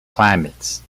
climates